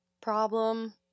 problem